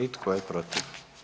I tko je protiv?